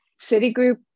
Citigroup